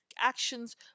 actions